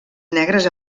negres